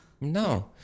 No